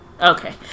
Okay